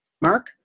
Mark